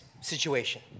situation